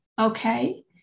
Okay